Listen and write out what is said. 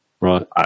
Right